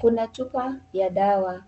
Kuna chupa ya dawa ,